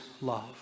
love